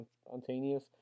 spontaneous